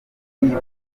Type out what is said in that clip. ukunda